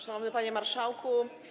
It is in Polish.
Szanowny Panie Marszałku!